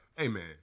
Amen